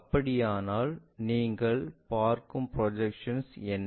அப்படியானால் நீங்கள் பார்க்கும் ப்ரொஜெக்ஷன் என்ன